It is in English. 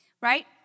right